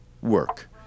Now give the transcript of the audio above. work